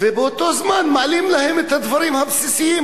ובאותו זמן מעלים להם את מחירי הדברים הבסיסיים.